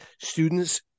students